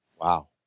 Wow